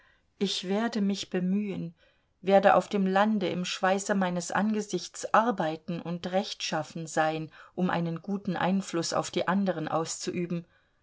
ich werde mich bemühen werde auf dem lande im schweiße meines angesichts arbeiten und rechtschaffen sein um einen guten einfluß auf die anderen auszuüben